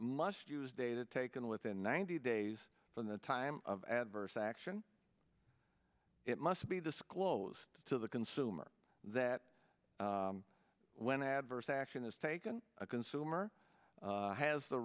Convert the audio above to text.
must use data taken within ninety days from the time of adverse action it must be disclosed to the consumer that when adverse action is taken a consumer has the